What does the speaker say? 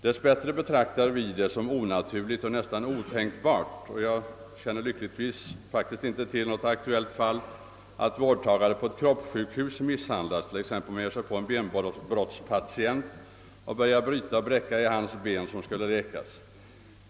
Dess bättre betraktar vi det som onaturligt och nästan otänkbart — och lyckligtvis känner jag faktiskt inte till något aktuellt fall -- att vårdtagare på ett kroppssjukhus misshandlas — t.ex. att man ger sig på en benbrottspatient och börjar bryta och bräcka i hans ben som skulle läkas.